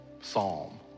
psalm